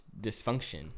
dysfunction